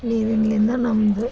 ನೀರಿನ್ಲಿಂದ್ರೆ ನಮ್ದು